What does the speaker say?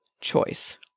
choice